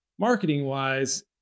marketing-wise